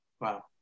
Wow